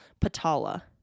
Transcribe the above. patala